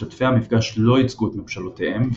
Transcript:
משתתפי המפגש לא ייצגו את ממשלותיהם,